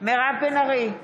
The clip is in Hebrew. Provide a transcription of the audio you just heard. מירב בן ארי,